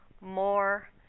more